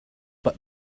but